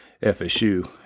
FSU